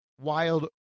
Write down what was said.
wild